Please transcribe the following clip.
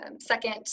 second